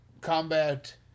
Combat